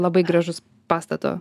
labai gražus pastato